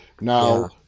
Now